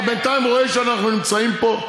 אתה בינתיים רואה שאנחנו נמצאים פה,